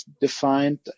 defined